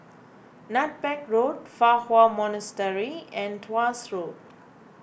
Nutmeg Road Fa Hua Monastery and Tuas Road